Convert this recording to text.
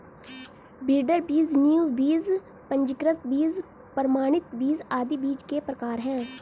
breeder बीज, नींव बीज, पंजीकृत बीज, प्रमाणित बीज आदि बीज के प्रकार है